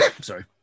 Sorry